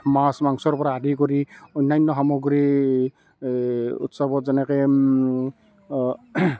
মাছ মাংসৰ পৰা আদি কৰি অন্যান্য সামগ্ৰী এই উৎসৱত যেনেকৈ